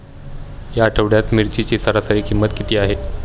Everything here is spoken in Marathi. या आठवड्यात मिरचीची सरासरी किंमत किती आहे?